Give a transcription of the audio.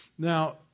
Now